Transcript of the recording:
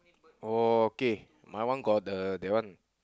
okay my old got the that one